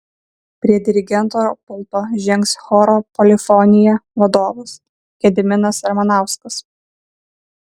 prie dirigento pulto žengs choro polifonija vadovas gediminas ramanauskas